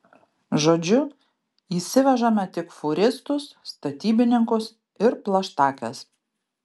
žodžiu įsivežame tik fūristus statybininkus ir plaštakes